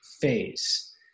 phase